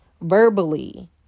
verbally